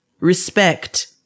respect